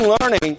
learning